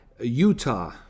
Utah